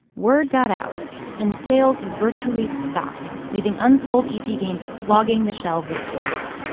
word got out and sales virtually stopped, leaving unsold e t. games clogging the shelves of stores.